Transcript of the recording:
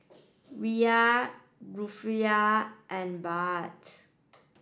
Riyal Rufiyaa and Baht